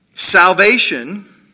Salvation